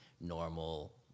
normal